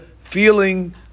feeling